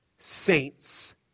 saints